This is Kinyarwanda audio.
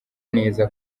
neza